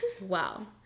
Wow